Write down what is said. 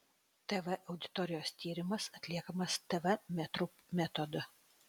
tv auditorijos tyrimas atliekamas tv metrų metodu